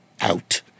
out